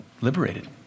liberated